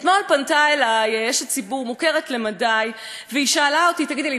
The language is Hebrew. אתמול פנתה אלי אשת ציבור מוכרת למדי ושאלה אותי: תגידי לי,